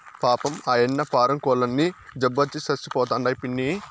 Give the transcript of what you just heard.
పాపం, ఆయన్న పారం కోల్లన్నీ జబ్బొచ్చి సచ్చిపోతండాయి పిన్నీ